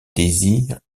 désir